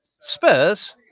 Spurs